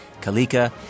Kalika